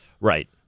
right